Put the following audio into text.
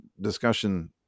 discussion